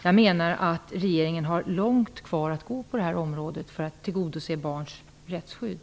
Jag menar att regeringen har långt kvar att gå för att tillgodose barns rättsskydd.